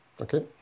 Okay